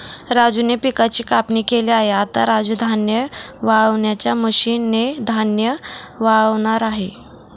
राजूने पिकाची कापणी केली आहे, आता राजू धान्य वाळवणाच्या मशीन ने धान्य वाळवणार आहे